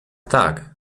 tak